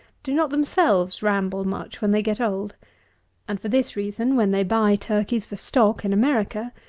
do not themselves ramble much when they get old and for this reason, when they buy turkeys for stock, in america,